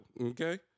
Okay